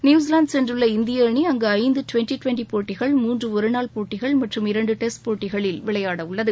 New Zealand சென்றுள்ள இந்திய அணி அங்கு ஐந்து டுவெண்டி டுவெண்டி போட்டிகள் முன்று ஒருநாள் போட்டிகள் மற்றும் இரண்டு டெஸ்ட் போட்டிகளில் விளையாடவிருக்கிறது